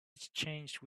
exchange